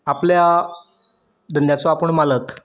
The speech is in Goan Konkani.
आपल्या धंद्याचो आपूण मालक